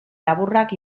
laburrak